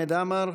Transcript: חמד עמאר,